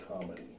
comedy